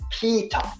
Peter